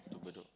to Bedok